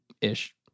ish